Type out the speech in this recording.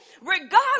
regardless